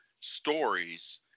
stories